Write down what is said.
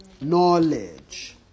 knowledge